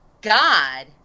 God